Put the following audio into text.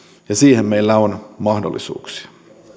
siihen meillä on mahdollisuuksia